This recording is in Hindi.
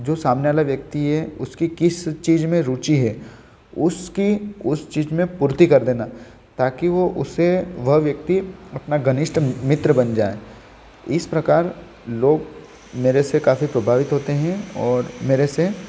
जो सामने वाला व्यक्ति है उसकी किस चीज में रुची है उसकी उस चीज में पूर्ति कर देना ताकि वो उसे वह व्यक्ति अपना घनिष्ठ मित्र बन जाए इस प्रकार लोग मेरे से काफ़ी प्रभावित होते हैं और मेरे से